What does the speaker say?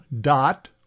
dot